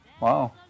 Wow